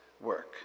work